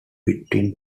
between